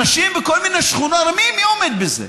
אנשים בכל מיני שכונות, ומי עומד בזה?